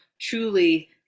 truly